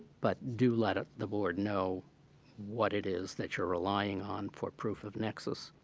but do let ah the board know what it is that you're relying on for proof of nexus.